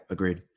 Agreed